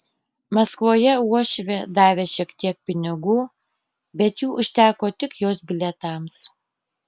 maskvoje uošvė davė šiek tiek pinigų bet jų užteko tik jos bilietams